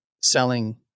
selling